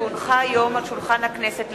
כי הונחה היום על שולחן הכנסת,